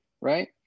right